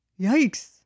Yikes